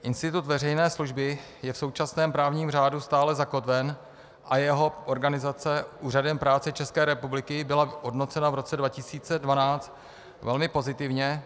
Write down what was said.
Institut veřejné služby je v současném právním řádu stále zakotven a jeho organizace Úřadem práce České republiky byla hodnocena v roce 2012 velmi pozitivně.